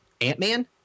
Ant-Man